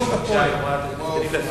אבל אז זה היה לגיטימי, כמו האופנוענים.